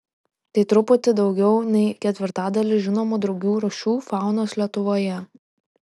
tai truputį daugiau nei ketvirtadalis žinomų drugių rūšių faunos lietuvoje